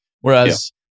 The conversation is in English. Whereas